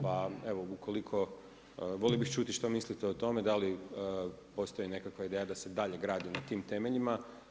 Pa evo ukoliko, volio bih čuti što mislite na tome, da li postoji nekakva ideja da se dalje gradi na tim temeljima.